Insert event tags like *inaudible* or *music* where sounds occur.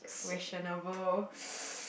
questionable *breath*